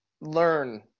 learn